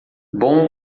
bom